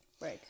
Right